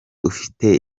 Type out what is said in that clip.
ufite